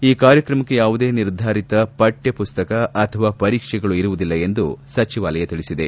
ಈ ಕಾರ್ಯಕ್ರಮಕ್ಕೆ ಯಾವುದೇ ನಿರ್ಧಾರಿತ ಪಕ್ಷ ಪುಸ್ತಕ ಅಥವಾ ಪರೀಕ್ಷೆಗಳು ಇರುವುದಿಲ್ಲ ಎಂದು ಸಚಿವಾಲಯ ತಿಳಿಸಿದೆ